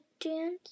dance